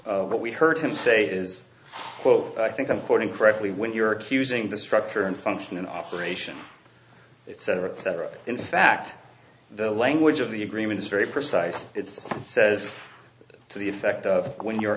on what we heard him say is quote i think i'm quoting correctly when you're accusing the structure and function in operation center etc in fact the language of the agreement is very precise and says to the effect of when you